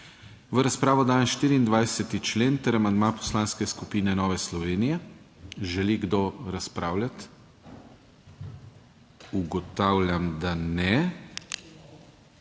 V razpravo dajem 24. člen ter amandma Poslanske skupine Nove Slovenije. Želi kdo razpravljati? Ugotavljam, da ne.